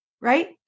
right